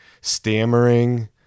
stammering